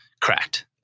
cracked